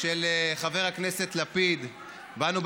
של חבר הכנסת לפיד בנו,